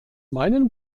meinen